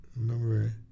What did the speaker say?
remember